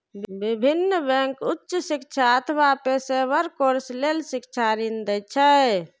विभिन्न बैंक उच्च शिक्षा अथवा पेशेवर कोर्स लेल शिक्षा ऋण दै छै